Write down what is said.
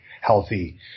healthy